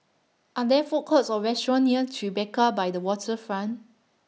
Are There Food Courts Or restaurants near Tribeca By The Waterfront